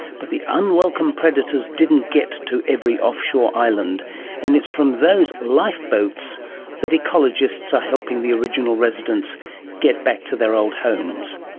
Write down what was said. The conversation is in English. but the unwelcomed predators didn't get to every offshore island and it's from those lifeboats that ecologists are helping the original residents get back to their old homes.